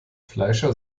fleischer